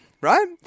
right